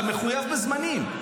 אתה מחויב בזמנים,